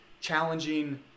challenging